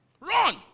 Run